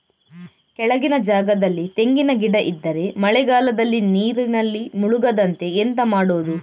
ಕೆಳಗಿನ ಜಾಗದಲ್ಲಿ ತೆಂಗಿನ ಗಿಡ ಇದ್ದರೆ ಮಳೆಗಾಲದಲ್ಲಿ ನೀರಿನಲ್ಲಿ ಮುಳುಗದಂತೆ ಎಂತ ಮಾಡೋದು?